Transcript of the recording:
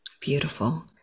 Beautiful